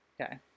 Okay